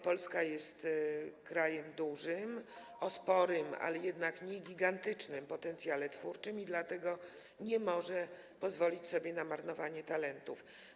Polska jest krajem dużym, o sporym, ale jednak niegigantycznym potencjale twórczym, i dlatego nie może pozwolić sobie na marnowanie talentów.